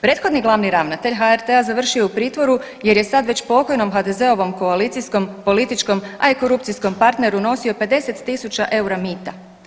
Prethodni glavni ravnatelj HRT-a završio je u pritvoru jer je sad već pokojnom HDZ-ovom koalicijskom političkom, a i korupcijskom partneru nosio 50.000 eura mita.